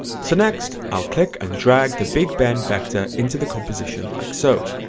so next i'll click and drag the big-ben vector into the composition like so.